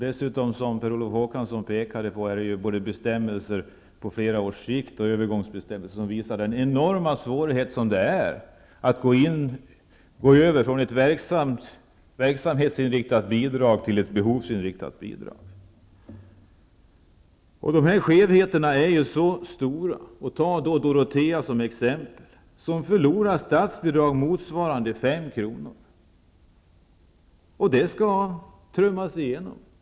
Per Olof Håkansson pekade på de övergångsbestämmelser som går på flera års sikt och som visar den enorma svårighet som det innebär att gå över från ett verksamhetsinriktat bidrag till ett behovsinriktat bidrag. Vi kan ta Dorotea kommun som exempel. Skevheterna är stora. Kommunen förlorar statsbidrag motsvarande en skatteökning på 5 kr. Dessa skevheter skall trummas igenom.